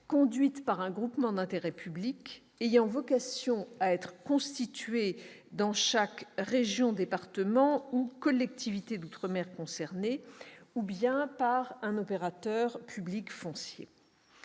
conduite par un groupement d'intérêt public ayant vocation à être constitué dans chaque région, département ou collectivité d'outre-mer concerné, ou bien par un opérateur public foncier.